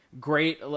great